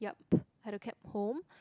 yup had to cab home